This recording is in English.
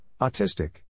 autistic